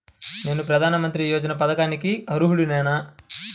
నేను ప్రధాని మంత్రి యోజన పథకానికి అర్హుడ నేన?